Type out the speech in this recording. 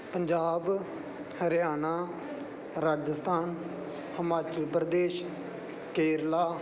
Punjab Haryana Rajasthan Himachal Pradesh Kerala